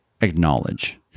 acknowledge